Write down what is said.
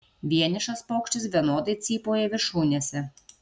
vienišas paukštis vienodai cypauja viršūnėse